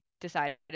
decided